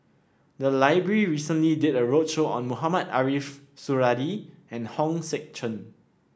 the library recently did a roadshow on Mohamed Ariff Suradi and Hong Sek Chern